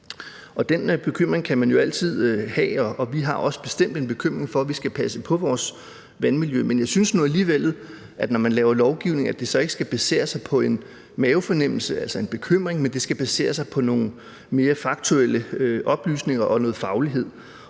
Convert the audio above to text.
den bekymring kan man jo altid have, og vi har bestemt også en bekymring i forhold til, at vi skal passe på vores vandmiljø. Men jeg synes nu alligevel, at det, når man laver lovgivning, så ikke skal basere sig på en mavefornemmelse, altså en bekymring, men at det skal basere sig på nogle mere faktuelle oplysninger og noget faglighed,